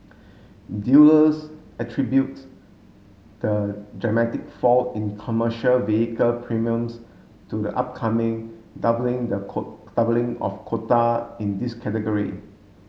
dealers attribute the dramatic fall in commercial vehicle premiums to the upcoming doubling the doubling of quota in this category